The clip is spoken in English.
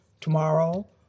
tomorrow